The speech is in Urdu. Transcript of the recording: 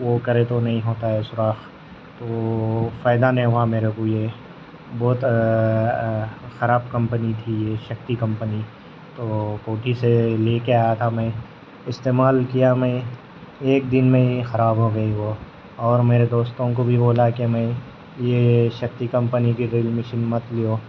وہ کرے تو نہیں ہوتا ہے سوراخ تو فائدہ نہیں ہوا میرے کو یہ بہت خراب کمپنی تھی یہ شکتی کمپنی تو کوٹھی سے لے کے آیا تھا میں استعمال کیا میں ایک دن میں ہی خراب ہو گئی وہ اور میرے دوستوں کو بھی بولا کہ میں یہ شکتی کمپنی کی ڈرل مشین مت لیو